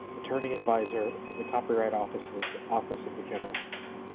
attorney advisor in the copyright office's office of the general council.